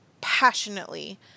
passionately